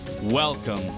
Welcome